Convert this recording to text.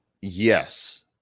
Yes